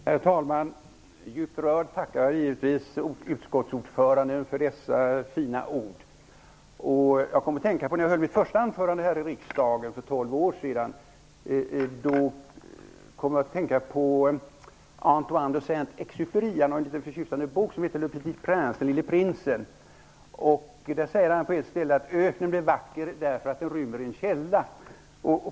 Herr talman! Djupt rörd tackar jag givetvis utskottets ordförande för dessa fina ord. Jag kom att tänka på när jag höll mitt första anförande här i riksdagen för tolv år sedan. Jag tänkte på Antoine de Saint-Exupéry. Han har skrivit en liten förtjusande bok som heter Le petit prince, Den lille prinsen. Där säger han på ett ställe att öknen blev vacker därför att den rymde en källa.